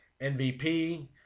MVP –